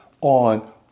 on